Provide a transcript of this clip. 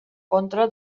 contra